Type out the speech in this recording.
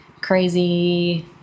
crazy